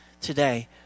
today